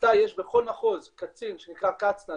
תחתיי יש בכל מחוז קצין שנקרא קצנ"ע,